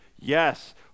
yes